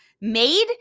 made